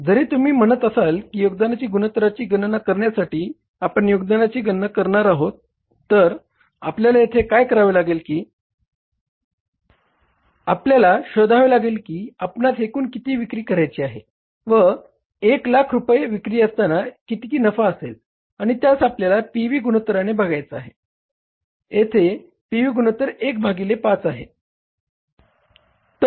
जरी तुम्ही म्हणत असाल की योगदानाच्या गुणोत्तराची गणना करण्यासाठी आपण योगदानाची गणना करणार आहोत तर आपल्याला येथे काय करावे लागेल की आपल्याला शोधावे लागेल की आपणास एकूण किती विक्री करायची आहे व 100000 रुपये विक्री असताना किती नफा असेल आणि त्यास आपल्याला पी व्ही गुणोत्तराने भागायचा आहे येथे पी व्ही गुणोत्तर 1 भागिले 5 आहे